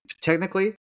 technically